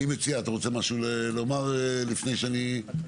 אתה רוצה לומר משהו, תומר?